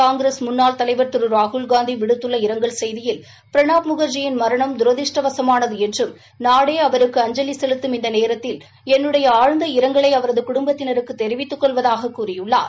காங்கிரஸ் முன்னாள் தலைவர் திரு ராகுல்காந்தி விடுத்துள்ள இரங்கல் செய்தியில் பிரணாப் முக்ஜியின் மரணம் தரதிருஷ்டவசமானது என்றும் நாடே அவருக்கு அஞ்சலி செலுத்தும் இந்த நேரத்தில் என்னுடைய ஆழ்ந்த இரங்கலை அவரது குடும்பத்தினருக்கு தெரிவித்துக் கொள்வதாககக் கூறியுள்ளார்